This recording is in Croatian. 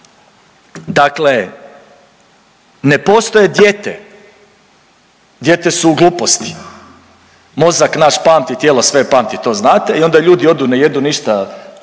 Dakle ne postoje dijete, dijete su gluposti, mozak naš pamti, tijelo sve pamti, to znate i onda ljudi odu, ne jedu ništa